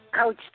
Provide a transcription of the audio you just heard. Coach